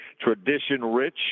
tradition-rich